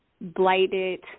blighted